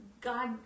God